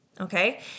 okay